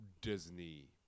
Disney